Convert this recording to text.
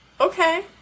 Okay